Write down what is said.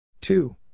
two